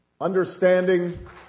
Understanding